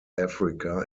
africa